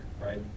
right